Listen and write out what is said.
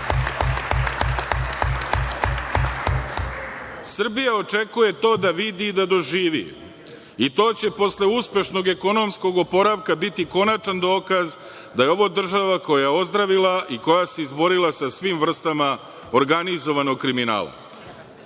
štetu. Srbija očekuje to da vidi i da doživi i to će posle uspešnog ekonomskog oporavka biti konačan dokaz da je ovo država koja je ozdravila i koja se izborila sa svim vrstama organizovanog kriminala.